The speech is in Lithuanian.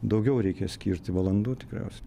daugiau reikia skirti valandų tikriausiai